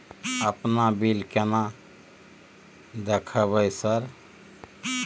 अपन बिल केना देखबय सर?